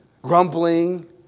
Grumbling